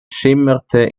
schimmerte